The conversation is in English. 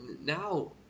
now